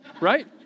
right